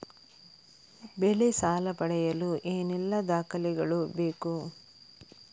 ಬೆಳೆ ಸಾಲ ಪಡೆಯಲು ಏನೆಲ್ಲಾ ದಾಖಲೆಗಳು ಬೇಕು?